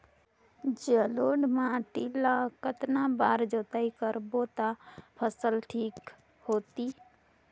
जलोढ़ माटी ला कतना बार जुताई करबो ता फसल ठीक होती?